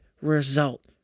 result